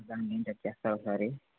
దాన్ని చెక్ చేస్తా ఒకసారి